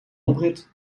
oprit